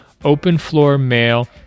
openfloormail